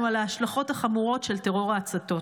על ההשלכות החמורות של טרור ההצתות.